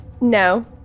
No